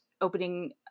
opening